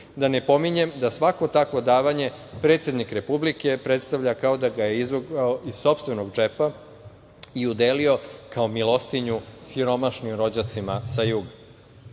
da ne pominjem da svako takvo davanje predsednik Republike predstavlja kao da ga je izvukao iz sopstvenog džepa i udelio kao milostinju siromašnim rođacima sa